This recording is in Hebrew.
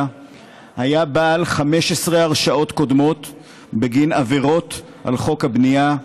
היה בעל 15 הרשעות קודמות בגין עבירות על חוק הבנייה,